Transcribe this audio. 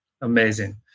Amazing